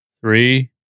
three